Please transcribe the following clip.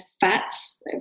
fats